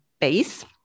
base